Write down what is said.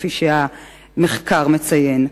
כפי שהמחקר מציין.